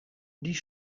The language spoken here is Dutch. die